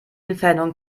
entfernung